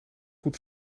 goed